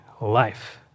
life